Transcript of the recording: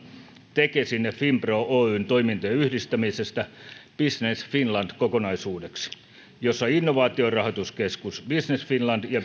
tekesin ja finpro oyn toimintojen yhdistämisestä business finland kokonaisuudeksi jossa innovaatiorahoituskeskus business finland ja